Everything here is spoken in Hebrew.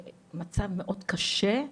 ומצב מאוד קשה.